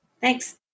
Thanks